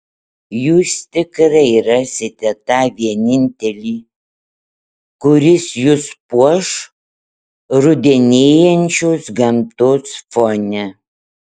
jūs tikrai rasite tą vienintelį kuris jus puoš rudenėjančios gamtos fone